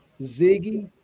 Ziggy